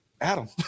Adam